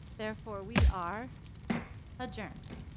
therefore we are adjourned.